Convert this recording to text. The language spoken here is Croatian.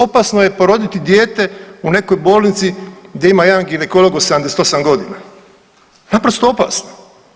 Opasno je poroditi dijete u nekoj bolnici gdje ima jedan ginekolog od 78 godina, naprosto opasno.